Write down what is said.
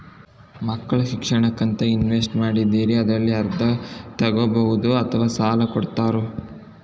ಮಕ್ಕಳ ಶಿಕ್ಷಣಕ್ಕಂತ ಇನ್ವೆಸ್ಟ್ ಮಾಡಿದ್ದಿರಿ ಅದರಲ್ಲಿ ಅರ್ಧ ತೊಗೋಬಹುದೊ ಅಥವಾ ಸಾಲ ಕೊಡ್ತೇರೊ?